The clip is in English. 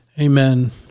Amen